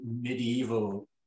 medieval